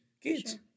kids